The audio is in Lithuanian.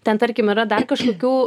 ten tarkim yra dar kažkokių